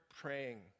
praying